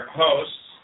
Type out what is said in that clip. hosts